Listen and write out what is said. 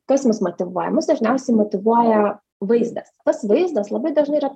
kas mus motyvuoja mus dažniausiai motyvuoja vaizdas tas vaizdas labai dažnai yra